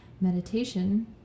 meditation